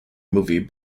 movie